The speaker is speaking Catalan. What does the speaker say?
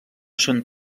són